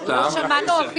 לא שמענו.